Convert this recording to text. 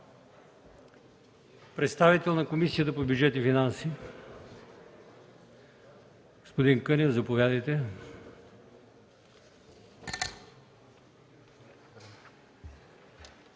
Следва доклад на Комисията по бюджет и финанси. Господин Кънев, заповядайте.